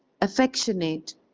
affectionate